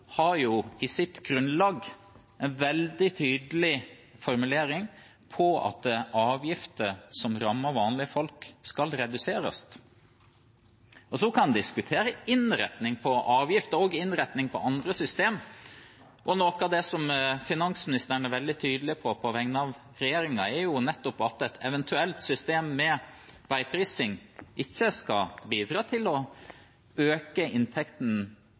har i sitt grunnlag en veldig tydelig formulering om at avgifter som rammer vanlige folk, skal reduseres. Så kan en diskutere innretning på både avgifter og andre systemer. Noe av det som finansministeren er veldig tydelig på, på vegne av regjeringen, er nettopp at et eventuelt system med veiprising ikke skal bidra til å øke inntekten